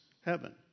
heaven